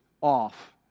off